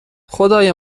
خدای